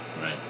right